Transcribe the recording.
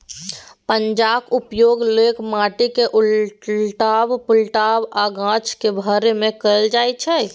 पंजाक उपयोग लोक माटि केँ उलटब, पलटब आ गाछ केँ भरय मे कयल जाइ छै